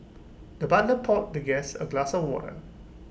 the butler poured the guest A glass of water